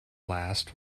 last